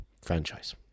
franchise